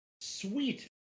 sweet